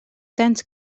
tants